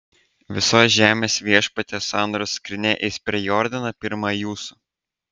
visos žemės viešpaties sandoros skrynia eis per jordaną pirma jūsų